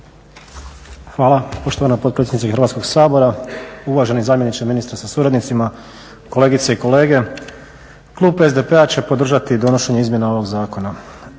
Hvala, poštovana potpredsjednice Hrvatskoga sabora, uvaženi zamjeniče ministra sa suradnicima, kolegice i kolege. Klub SDP-a će podržati donošenje izmjena ovoga zakona.